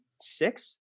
six